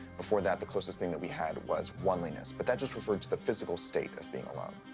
before that, the closest thing that we had was was oneliness. but that just referred to the physical state of being alone.